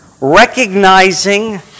recognizing